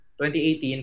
2018